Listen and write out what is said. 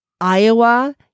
Iowa